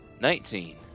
Nineteen